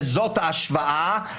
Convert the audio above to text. וזאת ההשוואה,